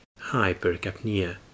hypercapnia